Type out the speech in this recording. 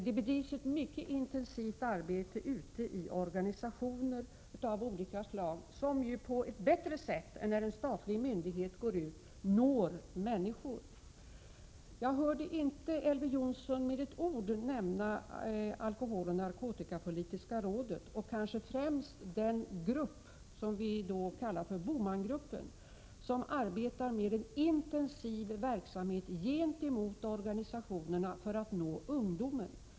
Det bedrivs ett mycket intensivt arbete ute i olika slag av organisationer, som på ett bättre sätt än när en statlig myndighet griper in når människor. Jag hörde inte Elver Jonsson nämna alkoholoch narkotikapolitiska rådet och framför allt inte den grupp som vi kallar BOMAN-gruppen, som arbetar med en intensiv verksamhet tillsammans med organisationerna för att nå ungdomen.